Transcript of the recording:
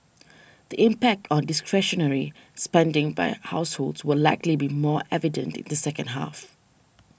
the impact on discretionary spending by households will likely be more evident in the second half